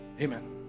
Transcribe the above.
Amen